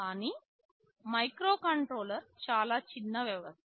కానీ మైక్రోకంట్రోలర్ చాలా చిన్న వ్యవస్థ